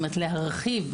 כלומר להרחיב.